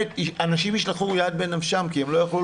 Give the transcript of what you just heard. אנשים ישלחו יד בנפשם כי הם לא יוכלו